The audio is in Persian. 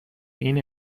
این